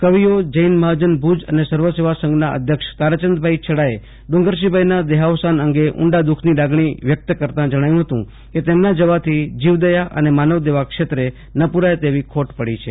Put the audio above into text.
કવિઓ જૈનનાં મહાજન ભુજ અને સર્વ સેવા સંઘનો અધ્યક્ષ તારાચંદ ભાઈ છેડાએ ડુંગરશીભાઈ દેહાવસાન અંગે ઊંડા દુઃખ ની લાગણી વ્યક્ત કરતા જણાવ્યું હતું કે તેમના જવાથી જીવ દયા અને માનવસેવા ક્ષેત્રે ન પુરાય તેવી ખોટ પડી છે